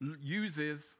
uses